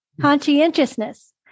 Conscientiousness